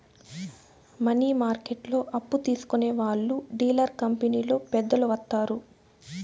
money మార్కెట్లో అప్పు తీసుకునే వాళ్లు డీలర్ కంపెనీలో పెద్దలు వత్తారు